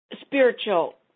spiritual